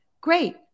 great